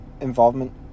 involvement